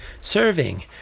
serving